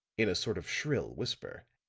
in a sort of shrill whisper.